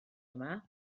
yma